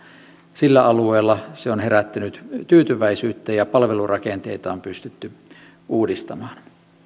sillä alueella se on herättänyt tyytyväisyyttä ja palvelurakenteita on pystytty uudistamaan